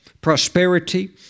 prosperity